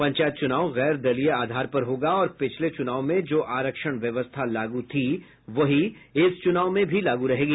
पंचायत चुनाव गैर दलीय आधार पर होगा और पिछले चुनाव में जो आरक्षण व्यवस्था लागू थी वहीं इस चुनाव में भी लागू रहेगी